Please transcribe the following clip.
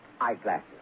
eyeglasses